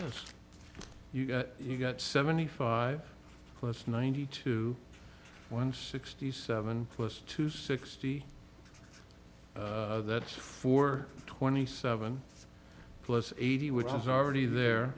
just you got you got seventy five plus ninety to one sixty seven close to sixty that for twenty seven plus eighty which is already there